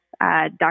Dr